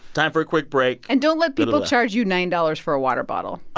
time for a quick break and don't let people charge you nine dollars for a water bottle